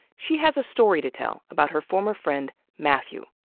she has a story to tell about her former friend, mathew.